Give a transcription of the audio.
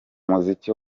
muziki